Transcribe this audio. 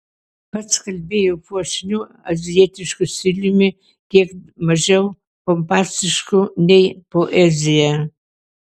pats kalbėjo puošniu azijietišku stiliumi kiek mažiau pompastišku nei poezija